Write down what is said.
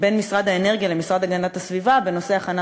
בין משרד האנרגיה למשרד להגנת הסביבה בנושא הכנת